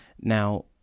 Now